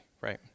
right